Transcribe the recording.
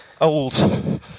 old